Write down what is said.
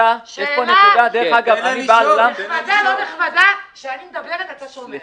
נחמדה או לא נחמדה כשאני מדברת אתה שומע.